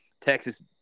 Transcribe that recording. Texas